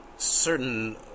certain